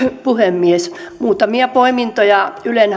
puhemies muutamia poimintoja ylen